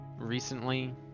recently